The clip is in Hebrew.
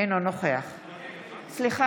אינו נוכח בנימין גנץ, אינו נוכח משה גפני,